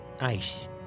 Ice